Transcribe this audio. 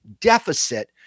deficit